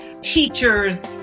teachers